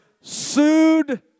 sued